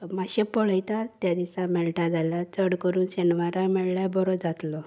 मातशें पळयता त्या दिसा मेळटा जाल्यार चड करून शेनवारा मेळ्ळार बरो जात्लो